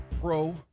pro